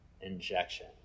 injection